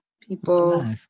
people